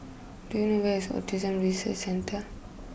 do you know where is Autism Resource Centre